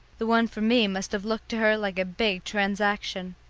the one for me must have looked to her like a big transaction.